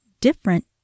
different